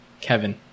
Kevin